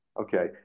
Okay